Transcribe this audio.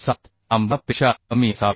7 lambda पेक्षा कमी असावे